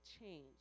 change